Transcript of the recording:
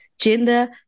Gender